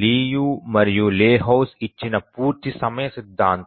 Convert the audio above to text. Liu మరియు Lehoczky ఇచ్చిన పూర్తి సమయ సిద్ధాంతం